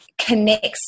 connects